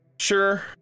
Sure